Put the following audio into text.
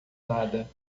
nada